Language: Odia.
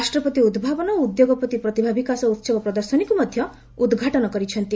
ରାଷ୍ଟ୍ରପତି ଉଦ୍ଭାବନ ଓ ଉଦ୍ୟୋଗପତି ପ୍ରତିଭା ବିକାଶ ଉହବ ପ୍ରଦର୍ଶନୀକୁ ମଧ୍ୟ ଉଦ୍ଘାଟନ କରିଛନ୍ତି